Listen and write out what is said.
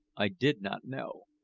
i did not know.